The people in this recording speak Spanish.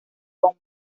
von